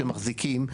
שמחזיקים,